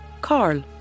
Carl